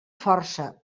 força